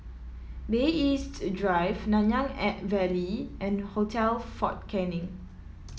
Bay East Drive Nanyang at Valley and Hotel Fort Canning